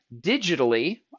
digitally